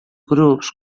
grups